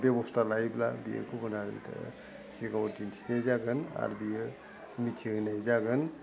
बेब'स्था लायोब्ला बेयो गुबुना सिगाङाव दिन्थिनाय जागोन आरो बिदिनो मिथिहोनाय जागोन